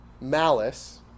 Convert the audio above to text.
malice